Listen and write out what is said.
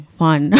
fun